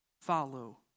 follow